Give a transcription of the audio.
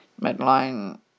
midline